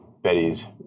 Betty's